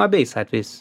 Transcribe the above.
abiais atvejais